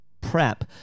prep